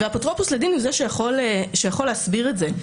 אפוטרופוס לדין הוא זה שיכול להסביר את זה.